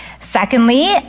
Secondly